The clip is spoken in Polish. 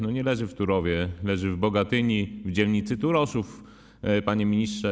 Nie leży w Turowie, leży w Bogatyni w dzielnicy Turoszów, panie ministrze.